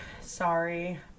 sorry